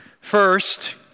First